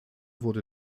wurde